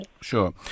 Sure